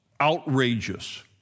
Outrageous